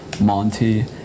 Monty